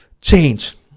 change